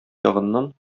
ягыннан